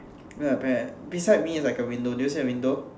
where the pear beside me like a window do you see a window